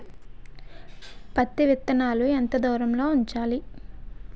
పత్తి విత్తనాలు ఎంత దూరంలో ఉంచాలి?